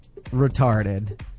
retarded